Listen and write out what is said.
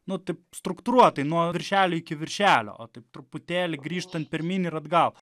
nu taip struktūruotai nuo viršelio iki viršelio o taip truputėlį grįžtant pirmyn ir atgal